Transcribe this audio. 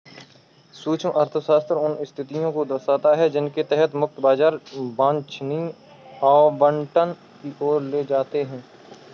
सूक्ष्म अर्थशास्त्र उन स्थितियों को दर्शाता है जिनके तहत मुक्त बाजार वांछनीय आवंटन की ओर ले जाते हैं